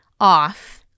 off